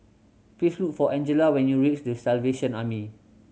please look for Angella when you reach The Salvation Army